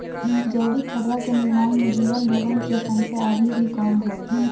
जैविक खदवा के निर्माण से जुड़ल लोगन के संख्या अभी भी कम हई